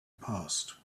passed